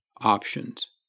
options